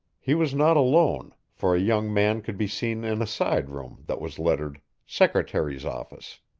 he was not alone, for a young man could be seen in a side room that was lettered secretary's office.